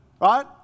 right